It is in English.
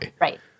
Right